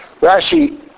Rashi